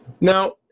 Now